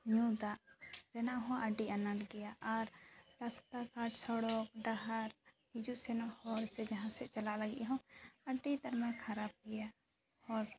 ᱧᱩ ᱫᱟᱜ ᱨᱮᱱᱟᱜ ᱦᱚᱸ ᱟᱹᱰᱤ ᱟᱱᱟᱴ ᱜᱮᱭᱟ ᱟᱨ ᱨᱟᱥᱛᱟ ᱜᱷᱟᱴ ᱥᱚᱲᱚᱠ ᱰᱟᱦᱟᱨ ᱦᱤᱡᱩᱜ ᱥᱮᱱᱚᱜ ᱦᱚᱨ ᱥᱮ ᱡᱟᱦᱟᱸ ᱥᱮᱫ ᱪᱟᱞᱟᱜ ᱞᱟᱹᱜᱤᱫ ᱦᱚᱸ ᱟᱹᱰᱤ ᱫᱚᱢᱮ ᱠᱷᱟᱨᱟ ᱜᱮᱭᱟ ᱦᱚᱨ ᱠᱚ